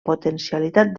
potencialitat